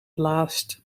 blaast